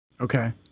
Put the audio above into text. Okay